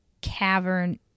cavern